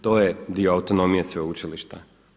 To je dio autonomije sveučilišta.